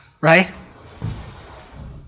Right